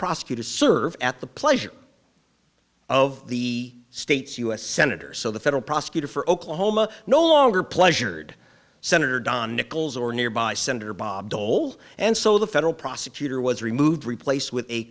prosecutors serve at the pleasure of the state's u s senator so the federal prosecutor for oklahoma no longer pleasured senator don nickles or nearby senator bob dole and so the federal prosecutor was removed replaced with a